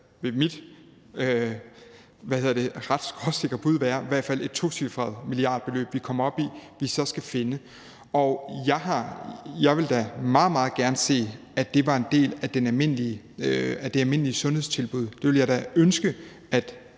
vil mit ret skråsikre bud være i hvert fald et tocifret milliardbeløb, som vi kommer op i, og som vi så skal finde. Jeg ville da meget, meget gerne se, at det var en del af det almindelige sundhedstilbud. Det ville jeg da ønske at